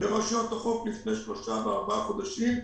ברשויות החוף לפני שלושה וארבעה חודשים,